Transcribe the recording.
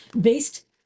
based